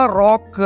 rock